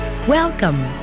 Welcome